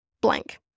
blank